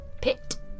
pit